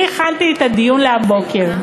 אני הכנתי את הדיון לבוקר,